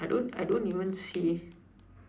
I don't I don't even see